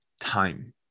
time